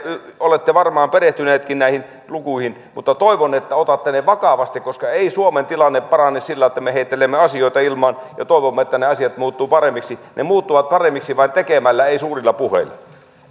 olette varmaan perehtyneetkin näihin lukuihin mutta toivon että otatte ne vakavasti koska ei suomen tilanne parane sillä että me heittelemme asioita ilmaan ja toivomme että ne asiat muuttuvat paremmiksi ne muuttuvat paremmiksi vain tekemällä eivät suurilla puheilla